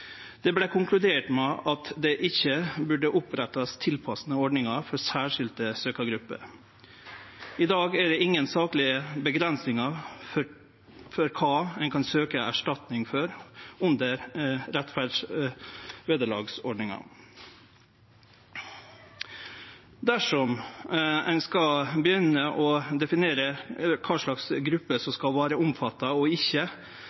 Det vart konkludert med at det ikkje burde opprettast tilpassa ordningar for særskilte søkjargrupper. I dag er det ingen saklege avgrensingar for kva ein kan søkje erstatning for under rettferdsvederlagsordninga. Dersom ein skal begynne å definere kva slags grupper som skal vere omfatta og ikkje,